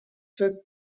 for